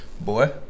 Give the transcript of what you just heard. Boy